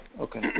Okay